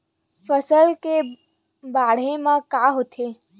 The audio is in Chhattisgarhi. फसल से बाढ़े म का होथे?